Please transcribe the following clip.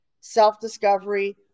self-discovery